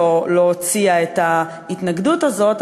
את ההתנגדות הזאת,